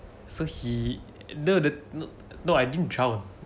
so he no the no I didn't ciao